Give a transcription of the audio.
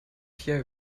peer